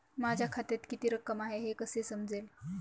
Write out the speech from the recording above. माझ्या खात्यात किती रक्कम आहे हे कसे समजेल?